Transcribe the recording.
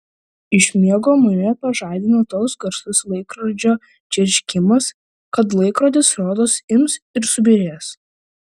iš miego mane pažadina toks garsus laikrodžio čirškimas kad laikrodis rodos ims ir subyrės